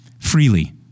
freely